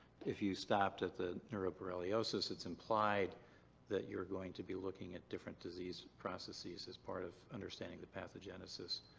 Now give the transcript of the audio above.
if you'd stop at the neuroborreliosis. it's implied that you're going to be looking at different disease processes as part of understanding the pathogenesis.